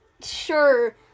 sure